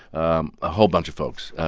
um a whole bunch of folks.